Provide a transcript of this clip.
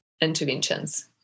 interventions